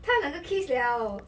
他们两个 kiss liao